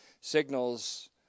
signals